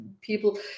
people